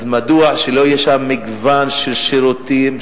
אז מדוע שלא יהיה שם מגוון של שירותים,